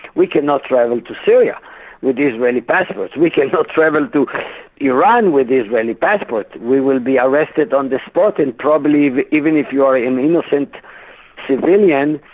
we cannot travel to syria with israeli passports we cannot travel with iran with israeli passports, we will be arrested on the spot and probably, but even if you are an innocent civilian,